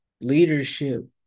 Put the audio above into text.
leadership